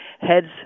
heads